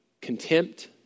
contempt